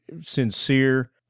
sincere